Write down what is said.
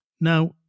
Now